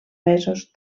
mesos